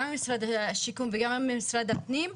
גם ממשרד השיכון וגם ממשרד הפנים,